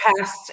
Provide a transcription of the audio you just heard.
past